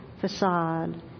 facade